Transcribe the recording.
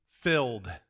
Filled